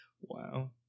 Wow